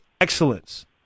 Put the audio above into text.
excellence